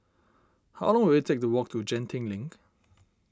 how long will it take to walk to Genting Link